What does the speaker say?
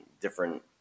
different